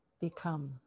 become